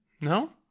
No